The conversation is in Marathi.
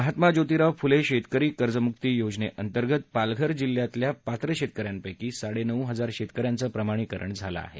महात्मा जोतिराव फुले शेतकरी कर्जमुक्ती योजने अंतर्गत पालघर जिल्ह्यातल्या पात्र शेतकऱ्यांपैकी साडेनऊ हजार शेतकऱ्यांचं प्रमाणिकरण झालं आहे